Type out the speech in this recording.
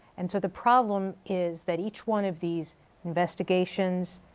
and so the problem is that each one of these investigations,